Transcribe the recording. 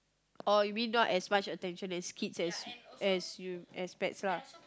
oh you mean not as much attention as kids as as you as pets lah